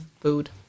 food